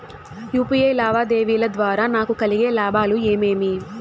UPI లావాదేవీల ద్వారా నాకు కలిగే లాభాలు ఏమేమీ?